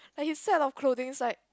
like his set of clothings like